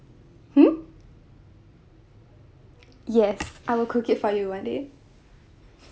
hmm yes I will cook it for you one day